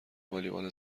والیبال